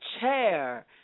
chair